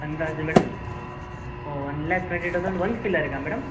ಅಂದಾಜು madam one lakh twenty thousand one ಫಿಲ್ಲರ್ಗೆ madam